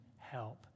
help